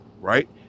Right